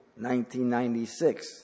1996